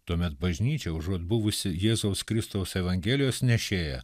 tuomet bažnyčia užuot buvusi jėzaus kristaus evangelijos nešėja